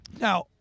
Now